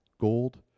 gold